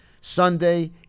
Sunday